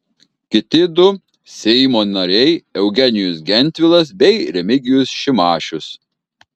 kiti du seimo nariai eugenijus gentvilas bei remigijus šimašius